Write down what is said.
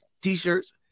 t-shirts